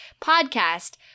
podcast